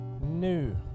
new